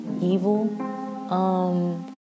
Evil